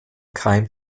keim